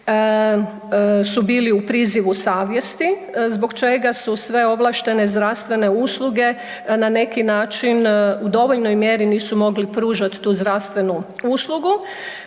su bili u prizivu savjesti zbog čega su sve ovlaštene zdravstvene usluge na neki način u dovoljnoj mjeri nisu mogli pružat tu zdravstvenu uslugu